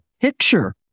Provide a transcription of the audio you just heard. picture